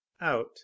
out